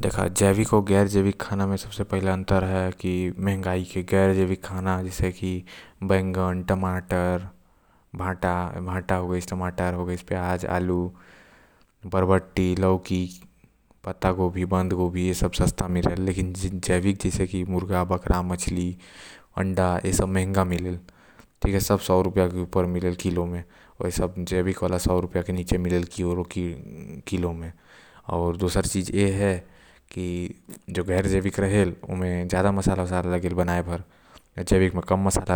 जैविक आऊ गैर जैविक खाना म पहिला अंतर हैव की मंहगाई के जैसे की बैंगन, टमाटर, बरबट्टी, लौकी, पत्तागोभी, गांठगोभी। ए सब हो गाइस आऊ दूसरा चीज ए है के जैविक म बहुत कम तेल मसाला लगेल आऊ गैर जैविक म बहुत